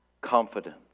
confidence